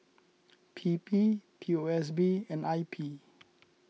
P P P O S B and I P